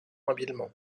habilement